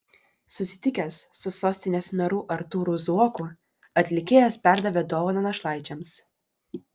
susitikęs su sostinės meru artūru zuoku atlikėjas perdavė dovaną našlaičiams